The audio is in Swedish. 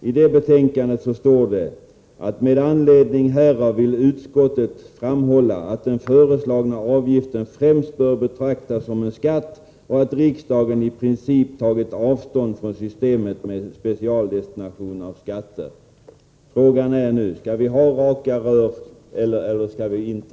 Skatteutskottet har framhållit att den föreslagna avgiften främst bör betraktas som en skatt och att riksdagen i princip tagit avstånd från systemet med specialdestination av skatter. Frågan är nu: Skall det vara raka rör eller inte?